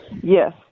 Yes